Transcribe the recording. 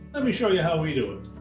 let me show you how we do it.